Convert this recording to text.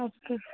okay